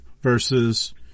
versus